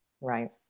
Right